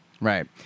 Right